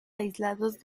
aislados